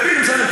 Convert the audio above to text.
דוד אמסלם,